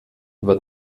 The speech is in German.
wird